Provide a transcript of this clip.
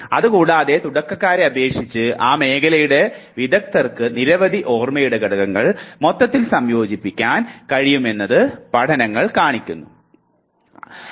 അത് കൂടാതെ തുടക്കക്കാരെ അപേക്ഷിച്ച് ആ മേഖലയുടെ വിദഗ്ദ്ധർക്ക് നിരവധി ഓർമ്മയുടെ ഘടകങ്ങൾ മൊത്തത്തിൽ സംയോജിപ്പിക്കാൻ കഴിയുമെന്ന് പഠനങ്ങൾ കാണിക്കുന്നത്